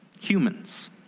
humans